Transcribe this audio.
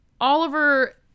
Oliver